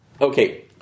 Okay